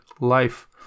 life